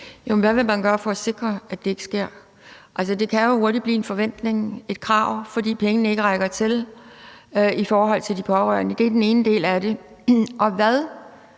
Hvad vil man gøre for at sikre, at det ikke sker? Det kan hurtigt blive en forventning, et krav, fordi pengene ikke rækker i forhold til de pårørende. Det er den ene del af det.